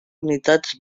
unitats